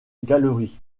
gallery